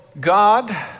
God